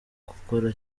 gukora